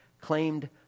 claimed